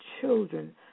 children